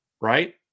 right